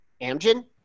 Amgen